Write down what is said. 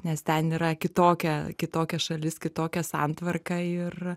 nes ten yra kitokia kitokia šalis kitokia santvarka ir